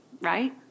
right